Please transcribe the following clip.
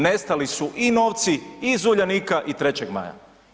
Nestali su i novci i iz Uljanika i 3. maja.